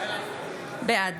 בעד